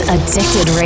Addicted